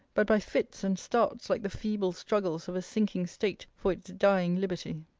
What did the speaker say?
but by fits and starts like the feeble struggles of a sinking state for its dying liberty.